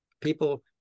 people